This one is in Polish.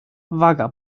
waga